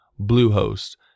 Bluehost